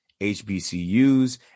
HBCUs